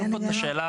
אין פה את השאלה,